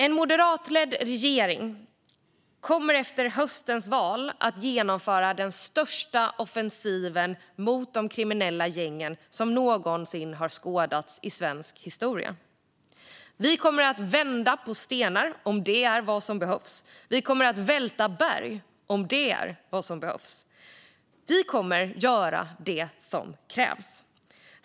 En moderatledd regering kommer efter höstens val att genomföra den största offensiv mot de kriminella gängen som någonsin har skådats i svensk historia. Vi kommer att vända på stenar om det är vad som behövs, och vi kommer att välta berg om det är vad som behövs. Vi kommer att göra det som krävs.